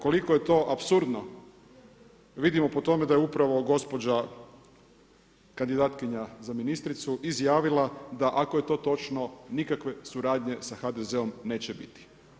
Koliko je to apsurdno, vidimo po tome da je upravo gospođa kandidatkinja za ministricu izjavila da ako je to točno, nikakve suradnje sa HDZ-om neće biti.